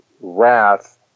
wrath